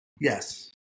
Yes